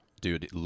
Dude